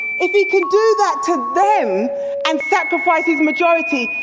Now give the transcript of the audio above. if he can do that to them and sacrifice his majority,